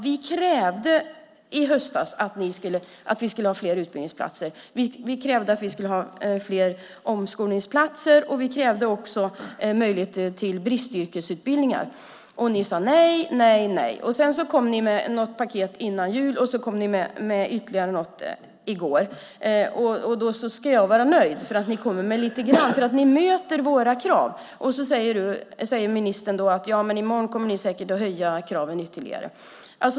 Vi krävde i höstas fler utbildningsplatser. Vi krävde fler omskolningsplatser och också möjlighet till bristyrkesutbildningar. Ni sade nej, nej och nej. Sedan kom ni med något paket före jul, och så kom ni med ytterligare något i går, och jag ska vara nöjd med att ni kommer med det när det gäller att möta våra krav. Så säger ministern att i morgon kommer ni säkert att höja kraven ytterligare.